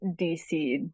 DC